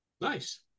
nice